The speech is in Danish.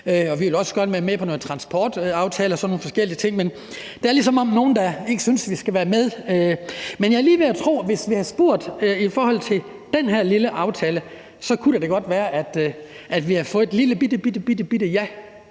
i noget med en transportaftale og forskellige ting, men det er, som om nogen synes, at vi ikke skal være med. Jeg er lige ved at tro, at hvis vi havde spurgt i forhold til den her lille aftale, kunne det godt være, at vi havde fået et lillebittebitte ja.